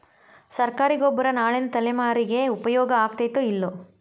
ಸರ್ಕಾರಿ ಗೊಬ್ಬರ ನಾಳಿನ ತಲೆಮಾರಿಗೆ ಉಪಯೋಗ ಆಗತೈತೋ, ಇಲ್ಲೋ?